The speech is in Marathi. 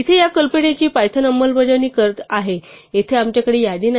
इथे या कल्पनेची पायथन अंमलबजावणी आहे जिथे आमच्याकडे यादी नाही